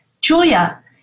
Julia